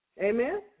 Amen